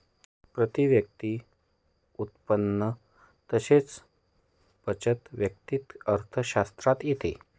प्रती व्यक्ती उत्पन्न तसेच बचत वैयक्तिक अर्थशास्त्रात येते